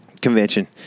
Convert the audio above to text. convention